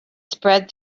spread